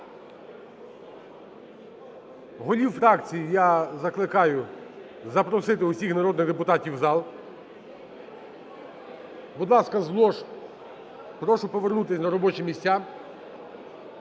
Голів фракцій я закликаю запросити усіх народних депутатів в зал. Будь ласка, з лож прошу повернутись на робочі місця.